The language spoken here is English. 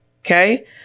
Okay